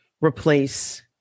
replace